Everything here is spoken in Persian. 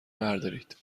بردارید